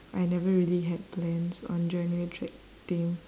I never really had plans on joining the track team